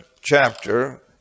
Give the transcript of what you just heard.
chapter